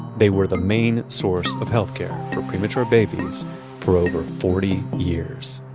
they were the main source of health care for premature babies for over forty years